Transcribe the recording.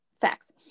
facts